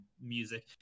music